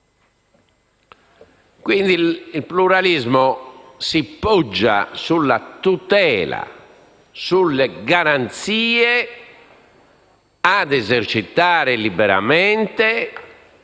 Quindi, il pluralismo si poggia sulla tutela e sulle garanzie a esercitare liberamente